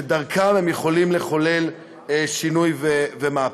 שאִתם הם יכולים לחולל שינוי ומהפך.